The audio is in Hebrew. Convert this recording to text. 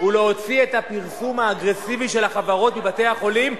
הוא הוצאת הפרסום האגרסיבי של החברות מבתי-החולים,